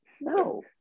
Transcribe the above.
no